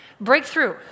Breakthrough